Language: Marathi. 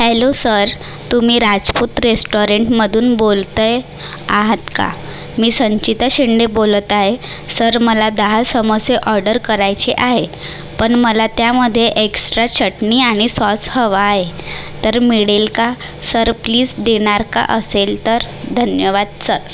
हॅलो सर तुम्ही राजपूत रेस्टॉरेंटमधून बोलत आहे आहात का मी संचिता शिंडे बोलत आहे सर मला दहा समोसे ऑर्डर करायचे आहे पण मला त्यामध्ये एक्स्ट्रा चटणी आणि सॉस हवा आहे तर मिळेल का सर प्लीज देणार का असेल तर धन्यवाद सर